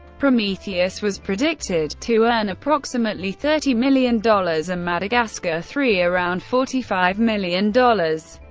prometheus was predicted to earn approximately thirty million dollars, and madagascar three around forty five million dollars.